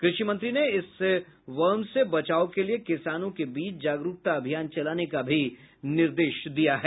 कृषि मंत्री ने इस वर्म से बचाव के लिए किसानों के बीच जागरूकता अभियान चलाने का भी निर्देश दिया है